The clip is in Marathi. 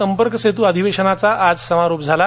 संपर्कसेतू अधिवेशनचा आज समारोप झाला